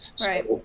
Right